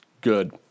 Good